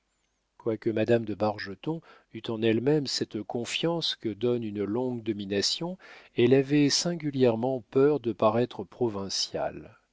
quoique madame de bargeton eût en elle-même cette confiance que donne une longue domination elle avait singulièrement peur de paraître provinciale